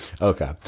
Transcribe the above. okay